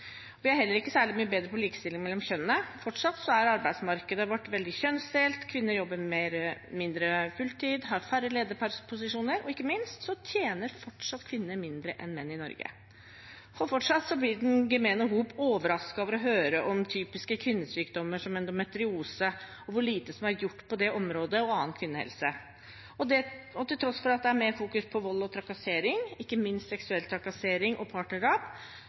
Vi er heller ikke særlig mye bedre på likestilling mellom kjønnene. Fortsatt er arbeidsmarkedet vårt veldig kjønnsdelt, kvinner jobber mindre fulltid, har færre lederposisjoner, og ikke minst tjener fortsatt kvinner mindre enn menn i Norge. Fortsatt blir den gemene hop overrasket over å høre om typiske kvinnesykdommer som endometriose og hvor lite som er gjort på det området og annen kvinnehelse. Og til tross for at det er mer fokus på vold og trakassering, ikke minst seksuell trakassering og partnerdrap,